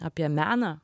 apie meną